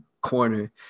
corner